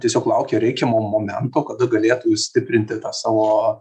tiesiog laukia reikiamo momento kada galėtų stiprinti tą savo